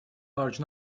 large